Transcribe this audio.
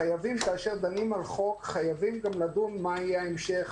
כאשר דנים על חוק חייבים גם לדון מה יהיה ההמשך,